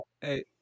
Hey